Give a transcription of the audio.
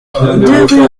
rue